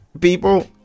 people